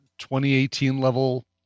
2018-level